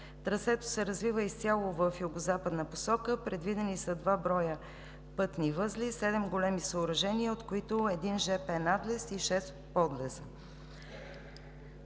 Трасето се развива изцяло в югозападна посока. Предвидени са два броя пътни възли, седем големи съоръжения, от които един жп надлез и шест подлеза.